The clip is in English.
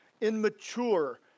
immature